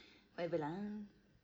whatever lah